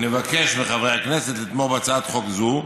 נבקש מחברי הכנסת לתמוך בהצעת חוק זו,